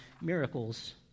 miracles